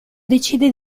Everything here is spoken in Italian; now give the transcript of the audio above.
decide